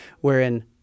Wherein